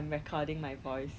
没有耐心去学